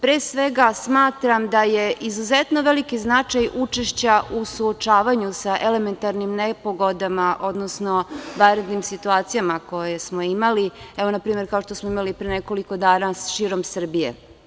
Pre svega, smatram da je izuzetno veliki značaj učešća u suočavanju sa elementarnim nepogodama, odnosno vanrednim situacijama koje smo imali, evo na primer kao što imali pre nekoliko dana širom Srbije.